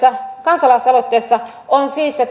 kansalaisaloitteessa on siis se